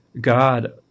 God